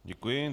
Děkuji.